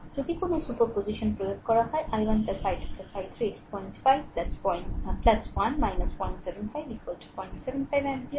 যদি কোনও superposition প্রয়োগ করা হয় i1 i2 i3 এটি 05 1 075 075 অ্যাম্পিয়ার